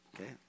okay